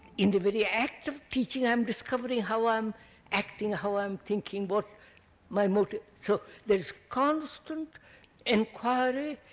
in the very act of teaching i am discovering how i am acting, how i am thinking, what my motive is, so there is constant enquiry,